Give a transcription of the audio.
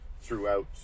throughout